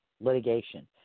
litigation